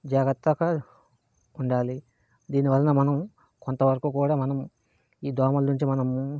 జాగ్రత్తగా ఉండాలి దీని వలన మనం కొంత వరకు కూడా మనము ఈ దోమలు నుంచి మనము